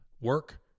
work